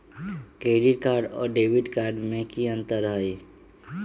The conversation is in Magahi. क्रेडिट कार्ड और डेबिट कार्ड में की अंतर हई?